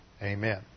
Amen